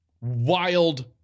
wild